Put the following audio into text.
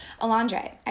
Alondra